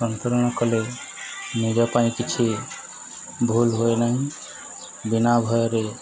ସନ୍ତରଣ କଲେ ନିଜ ପାଇଁ କିଛି ଭୁଲ ହୁଏ ନାହିଁ ବିନା ଭୟରେ